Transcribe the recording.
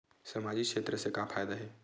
सामजिक क्षेत्र से का फ़ायदा हे?